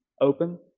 open